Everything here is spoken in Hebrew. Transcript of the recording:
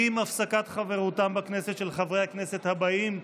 עם הפסקת חברותם בכנסת של חברי הכנסת הבאים,